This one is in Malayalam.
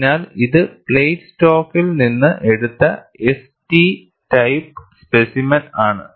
അതിനാൽ ഇത് പ്ലേറ്റ് സ്റ്റോക്കിൽ നിന്ന് എടുത്ത S T ടൈപ്പ് സ്പെസിമെൻ ആണ്